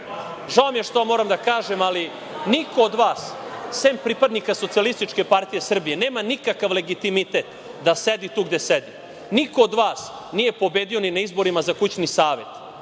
žao mi je što ovo moram da kažem, ali niko od vas, sem pripadnika SPS nema nikakav legitimitet da sedi tu gde sedi. Niko od vas nije pobedio ni na izborima za kućni savet.